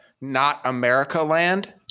Not-America-land